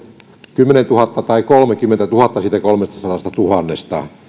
kymmenentuhatta tai kolmekymmentätuhatta siitä kolmestasadastatuhannesta